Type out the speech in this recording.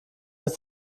ist